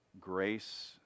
grace